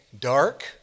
Dark